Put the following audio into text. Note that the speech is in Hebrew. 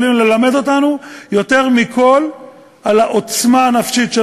יכולה ללמד אותנו יותר מכול על העוצמה הנפשית של